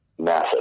massive